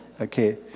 Okay